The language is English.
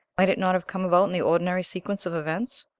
might it not have come about in the ordinary sequence of events?